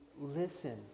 listen